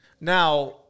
Now